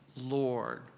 Lord